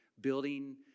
building